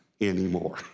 anymore